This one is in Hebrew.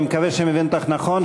ואני מקווה שאני מבין אותך נכון,